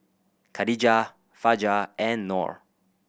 Khadija Fajar and Nor